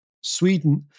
Sweden